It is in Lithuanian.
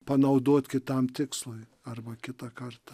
panaudot kitam tikslui arba kitą kartą